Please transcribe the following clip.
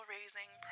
Raising